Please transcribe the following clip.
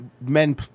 men